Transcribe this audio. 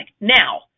now